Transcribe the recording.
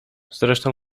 zresztą